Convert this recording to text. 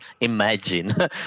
imagine